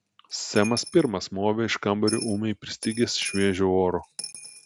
semas pirmas movė iš kambario ūmiai pristigęs šviežio oro